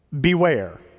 beware